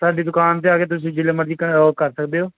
ਸਾਡੀ ਦੁਕਾਨ 'ਤੇ ਆ ਕੇ ਤੁਸੀਂ ਜਿੰਨਾ ਮਰਜ਼ੀ ਓ ਕਰ ਸਕਦੇ ਹੋ